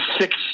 six